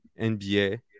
NBA